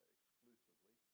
Exclusively